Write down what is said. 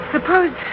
Suppose